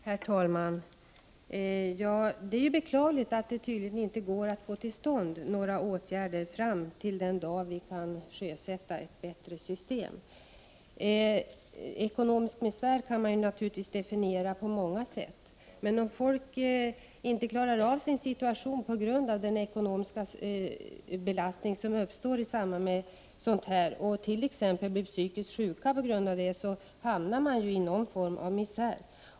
Herr talman! Det är beklagligt att det tydligen inte går att vidta några åtgärder innan ett bättre system kan sjösättas. Ekonomisk misär kan man naturligtvis definiera på många sätt. Men om människor inte klarar av sin ekonomiska situation på grund av den belastning som uppstår i samband med byte av bostad och blir psykiskt sjuka på grund av det, så hamnar de ju i någon form av misär.